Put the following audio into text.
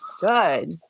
Good